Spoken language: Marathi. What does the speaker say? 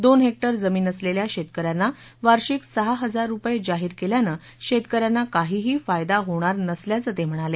दोन हेक्टर जमिन असलेल्या शेतकऱ्यांना वार्षिक सहा हजार रुपये जाहीर केल्यानं शेतकऱ्यांना काहीही फायदा होणार नसल्याचं ते म्हणाले